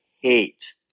hate